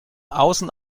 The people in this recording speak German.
außen